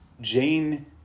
Jane